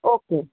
okay